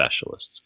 specialists